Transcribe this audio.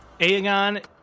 Aegon